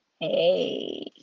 hey